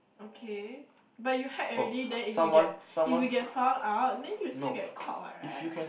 okay but you had already then if you get if you get found out then you still get caught what right